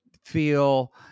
feel